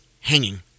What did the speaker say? hanging